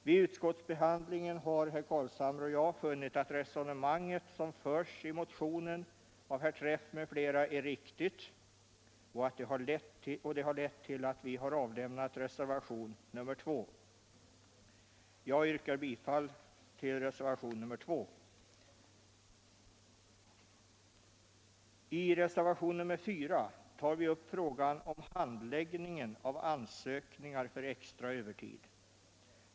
Vid utskottsbehandlingen har herr Carlshamre och jag funnit att resonemanget i motionen av herr Träff m.fl. är riktigt och det har lett till att vi avlämnat reservation nr 2. Jag yrkar bifall till reservationen 2. I reservationen 4 tar vi upp frågan om handläggningen av ansökningar för extra övertid.